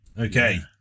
Okay